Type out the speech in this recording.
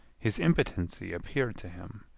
his impotency appeared to him,